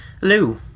Hello